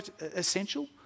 essential